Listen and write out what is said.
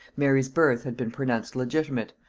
mary's birth had been pronounced legitimate,